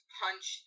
punch